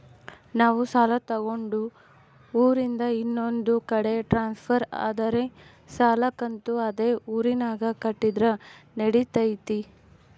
ನಾವು ಸಾಲ ತಗೊಂಡು ಊರಿಂದ ಇನ್ನೊಂದು ಕಡೆ ಟ್ರಾನ್ಸ್ಫರ್ ಆದರೆ ಸಾಲ ಕಂತು ಅದೇ ಊರಿನಾಗ ಕಟ್ಟಿದ್ರ ನಡಿತೈತಿ?